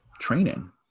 training